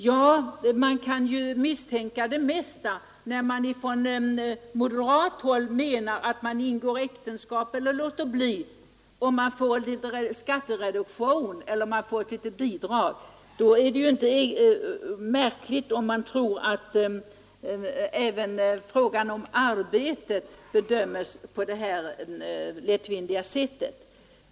Herr talman! Man kan misstänka det mesta när det från moderat håll antyds att ingående av äktenskap eller inte är beroende av huruvida det utgår en skattereduktion eller ett litet bidrag. Under sådana förhållanden är det inte märkligt om man tror att även frågan om arbetet bedömes på detta lättvindiga sätt.